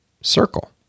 circle